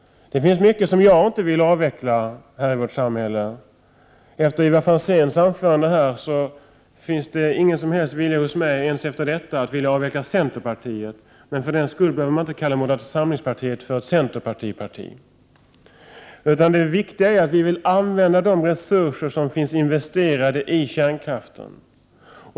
Det finns mycket som jag inte vill avveckla här i vårt samhälle. Inte ens efter Ivar Franzéns anförande finns det någon som helst vilja hos mig att avveckla centerpartiet. Men för den skull behöver man inte kalla moderata samlingspartiet för ett ”centerpartiparti”. Det viktiga är att vi vill använda de resurser som finns investerade i kärnkraften.